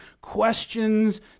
questions